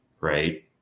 right